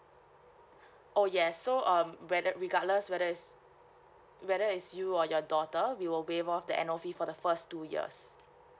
oh yes so um whether regardless whether is whether is you or your daughter we will waive off the annual fee for the first two years